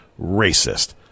racist